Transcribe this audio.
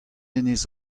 enez